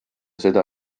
seda